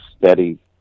steady